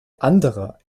anderer